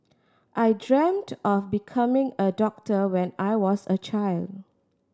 I dreamt of becoming a doctor when I was a child